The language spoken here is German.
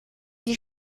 die